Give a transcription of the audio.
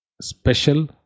special